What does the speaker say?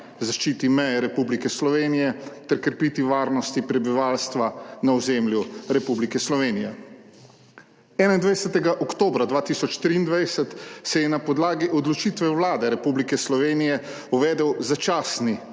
zaščiti meje Republike Slovenije ter krepitvi varnosti prebivalstva na ozemlju Republike Slovenije. 21. oktobra 2023 se je na podlagi odločitve Vlade Republike Slovenije uvedel začasni